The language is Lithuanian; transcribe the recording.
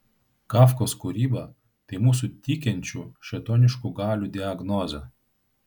kafkos kūryba tai mūsų tykančių šėtoniškų galių diagnozė